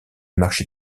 marché